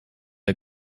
der